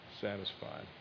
Satisfied